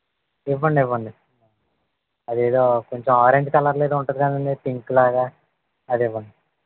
ఇవ్వండి ఇవ్వండి అదేదో కొంచెం ఆరెంజ్ కలర్లో ఏదో ఉంటుంది కదండి పింక్లాగా అది ఇవ్వండి